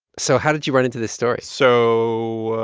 so how did you run into this story? so